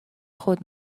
خود